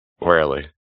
rarely